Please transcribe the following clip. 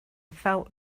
felt